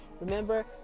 remember